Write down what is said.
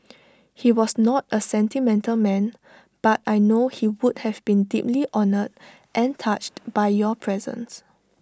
he was not A sentimental man but I know he would have been deeply honoured and touched by your presence